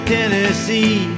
Tennessee